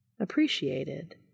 appreciated